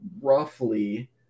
roughly